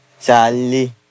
Charlie